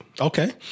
Okay